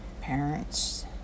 parents